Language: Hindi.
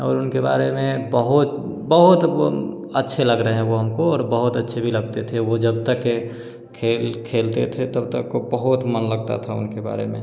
और उनके बारे में बहुत बहुत अच्छे लग रहें वह हमको और बहुत अच्छे भी लगते थे वह जब तक खेल खेलते थे तब तक वह बहुत मन लगता था उनके बारे में